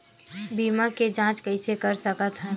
बीमा के जांच कइसे कर सकत हन?